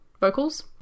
vocals